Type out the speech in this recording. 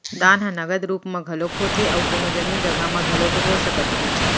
दान ह नगद रुप म घलोक होथे अउ कोनो जमीन जघा म घलोक हो सकत हे